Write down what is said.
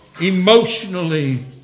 emotionally